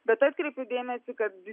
bet atkreipiu dėmesį kad